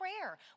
prayer